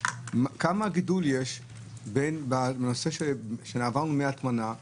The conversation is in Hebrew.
לגבי הגידול שיש מהמעבר מהטמנה למחזור.